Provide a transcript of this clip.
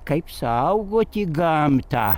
kaip saugoti gamtą